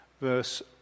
verse